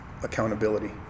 accountability